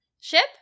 ship